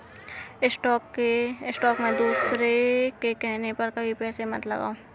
stock में दूसरों के कहने पर कभी पैसे मत लगाओ